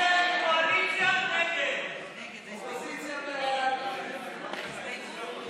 ההסתייגות (26) של קבוצת סיעת מרצ, קבוצת סיעת